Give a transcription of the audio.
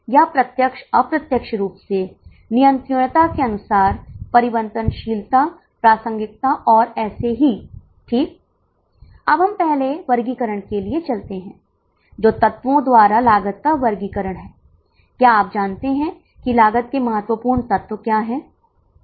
इसलिए मुझे लगता है कि आपको अपना दिमाग लगाना होगा और उसके बाद ही हमें जवाब मिलेगा क्या आप अपना दिमाग लगाने में समर्थ हैं क्योंकि निर्धारित लागत यहां तय नहीं रहने वाली है